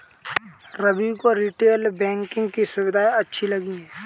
रवि को retail banking की सुविधाएं अच्छी लगी